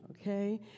okay